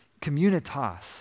communitas